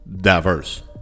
diverse